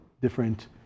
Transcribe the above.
different